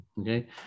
okay